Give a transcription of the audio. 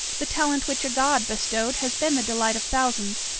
the talent which a god bestowed has been the delight of thousands,